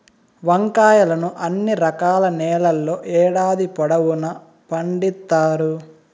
వంకాయలను అన్ని రకాల నేలల్లో ఏడాది పొడవునా పండిత్తారు